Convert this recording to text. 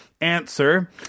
answer